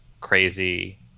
crazy